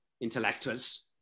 intellectuals